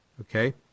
Okay